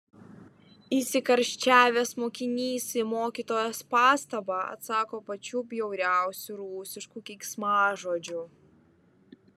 įsikarščiavęs mokinys į mokytojos pastabą atsako pačiu bjauriausiu rusišku keiksmažodžiu